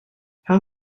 how